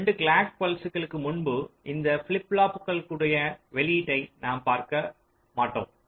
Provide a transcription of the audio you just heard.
2 clock பல்ஸ்களுக்கு முன்பு இந்த ஃபிளிப் ஃப்ளாப்புகளுனுடைய வெளியீட்டை நாம் பார்க்க மாட்டோம்